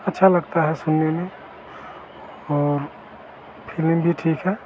अच्छा लगता है सुनने में और फिलिम भी ठीक है